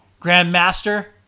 Grandmaster